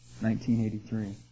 1983